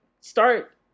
start